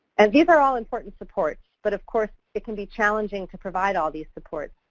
and these are all important supports, but, of course, it can be challenging to provide all these supports.